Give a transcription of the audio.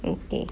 okay